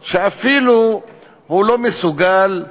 שאפילו לא מסוגל